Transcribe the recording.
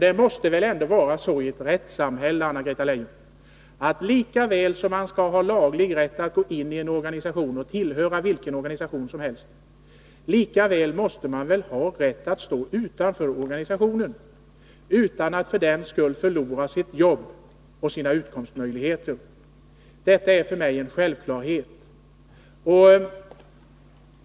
Det måste ändå vara så i ett rättssamhälle, Anna-Greta Leijon, att lika väl som man skall ha laglig rätt att tillhöra vilken organisation man vill skall man ha rätt att stå utanför en organisation, utan att för den skull förlora sitt jobb och sina utkomstmöjligheter. Detta är för mig en självklarhet.